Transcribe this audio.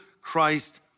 Christ